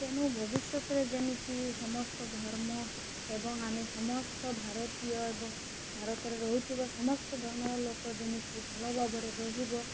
ତେଣୁ ଭବିଷ୍ୟତରେ ଯେମିତି ସମସ୍ତ ଧର୍ମ ଏବଂ ଆମେ ସମସ୍ତ ଭାରତୀୟ ଏବଂ ଭାରତରେ ରହୁଥିବା ସମସ୍ତ ଧର୍ମର ଲୋକ ଯେମିତି ଭଲ ଭାବରେ ରହିବ